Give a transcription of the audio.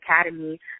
Academy